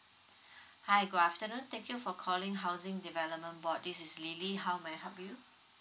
hi good afternoon thank you for calling housing development board this is lily how may I help you